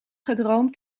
gedroomd